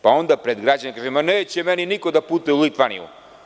Pa onda pred građanima kaže – ma, neće meni niko da putuje u Litvaniju.